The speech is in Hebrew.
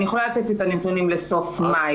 אני יכולה לתת את הנתונים לסוף מאי.